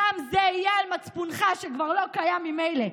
גם זה יהיה על מצפונך, שכבר לא קיים ממילא,